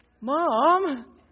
Mom